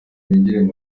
binjire